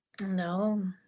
No